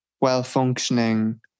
well-functioning